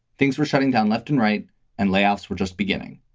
things were shutting down left and right and layoffs were just beginning.